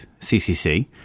CCC